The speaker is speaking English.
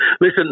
Listen